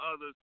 others